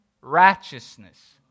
righteousness